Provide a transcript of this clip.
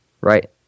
Right